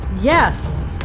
Yes